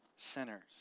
sinners